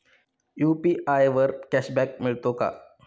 UPI वर cashback मिळतो का?